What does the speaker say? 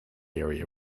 area